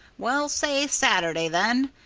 well say saturday, then.